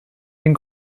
den